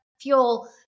fuel